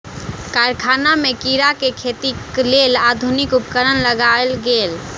कारखाना में कीड़ा के खेतीक लेल आधुनिक उपकरण लगायल गेल